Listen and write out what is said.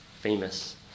famous